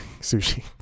sushi